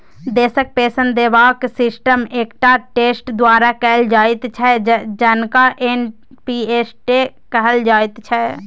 देशक पेंशन देबाक सिस्टम एकटा ट्रस्ट द्वारा कैल जाइत छै जकरा एन.पी.एस ट्रस्ट कहल जाइत छै